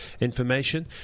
information